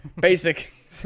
basic